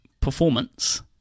performance